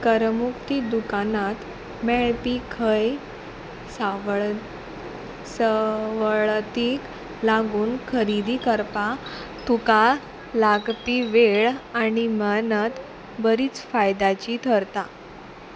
करमुक्ती दुकानांत मेळपी खंय सावळ सवळतीक लागून खरेदी करपाक तुका लागपी वेळ आनी मनत बरीच फायद्याची थरता